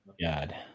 God